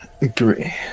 agree